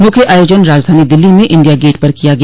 मुख्य आयोजन राजधानी दिल्ली में इंडिया गेट पर किया गया